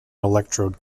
electrode